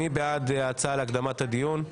מי בעד ההצעה להקדמת הדיון,